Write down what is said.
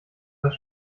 das